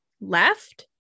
left